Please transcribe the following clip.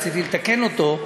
רציתי לתקן אותו.